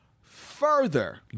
further